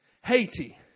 Haiti